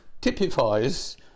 typifies